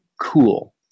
cool